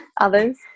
others